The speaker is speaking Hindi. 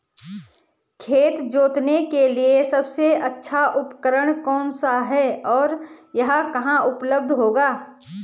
खेत जोतने के लिए सबसे अच्छा उपकरण कौन सा है और वह कहाँ उपलब्ध होगा?